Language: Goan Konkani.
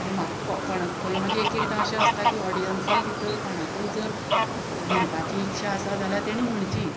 आनी म्हाका कोण थंय मागीर एक एकदां अशें आसता की ऑडियन्सा भितर कोणाकूय जर म्हणपाची इच्छा आसा जाल्यार तेणी म्हणची